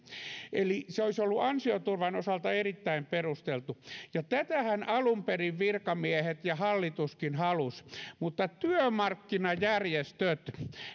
eli se olisi ollut ansioturvan osalta erittäin perusteltu ja tätähän alun perin virkamiehet ja hallituskin halusivat mutta työmarkkinajärjestöt